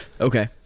Okay